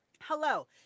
Hello